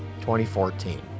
2014